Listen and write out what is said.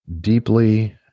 deeply